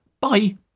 Bye